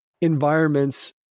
environments